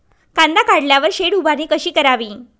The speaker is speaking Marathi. कांदा काढल्यावर शेड उभारणी कशी करावी?